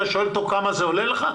אתה שואל אותו כמה זה עולה לו?